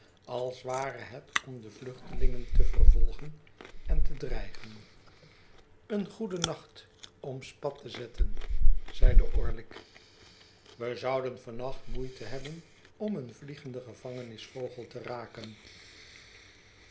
als ware bet om de vluehtelingen te vervolgen en te dreigen een goede nacht om spat te zetten zeide orlick we zouden van nacht moeite hebben om een vliegenden gevangenisvogel te raken